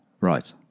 Right